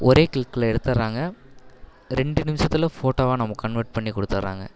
ஒரே க்ளிகில் எடுத்துடுறாங்க ரெண்டு நிமிஷத்துல ஃபோட்டோவாக நமக்கு கன்வெர்ட் பண்ணி கொடுத்துட்றாங்க